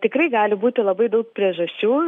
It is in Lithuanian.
tikrai gali būti labai daug priežasčių